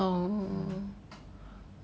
oh